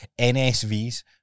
NSVs